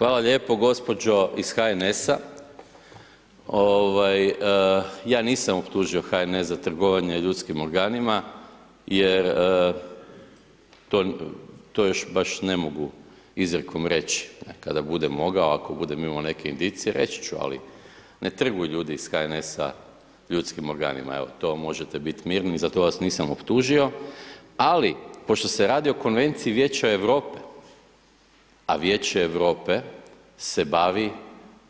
Hvala lijepo gospođo iz HNS-a, ovaj ja nisam optužio HNS za trgovanje ljudskim organima jer to još baš ne mogu izrijekom reći, kada budem mogao ako budem imamo neke indicije reći ću, ali ne trguju ljudi iz HNS-a ljudskim organima, evo to možete bit mirni za to vas nisam optužio, ali pošto se radi o Konvenciji Vijeća Europe, a Vijeće Europe se bavi